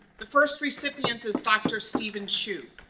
the first recipients is dr. steven chu.